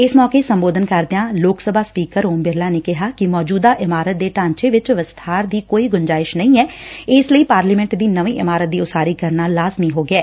ਇਸ ਮੌਕੇ ਸੰਬੋਧਨ ਕਰਦਿਆਂ ਲੋਕ ਸਭਾ ਸਪੀਕਰ ਓਮ ਬਿਰਲਾ ਨੇ ਕਿਹਾ ਕਿ ਮੌਜੁਦਾ ਇਮਾਰਤ ਦੇ ਢਾਂਚੇ ਚ ਵਿਸਬਾਰ ਦੀ ਕੋਈ ਗੂੰਜਾਇਜ਼ ਨਹੀਂ ਏ ਇਸ ਲਈ ਪਾਰਲੀਮੈਂਟ ਦੀ ਨਵੀਂ ਇਮਾਰਤ ਦੀ ਉਸਾਰੀ ਕਰਨਾ ਲਾਜ਼ਮੀ ਹੋ ਗਿਐ